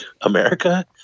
America